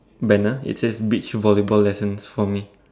banner it says beach volleyball lessons for me